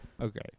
Okay